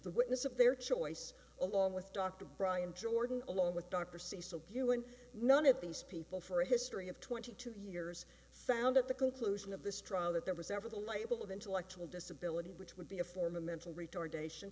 the witness of their choice along with dr brian jordan along with dr cecil bew and none of these people for a history of twenty two years found at the conclusion of this trial that there was ever the label of intellectual disability which would be a form of mental retardation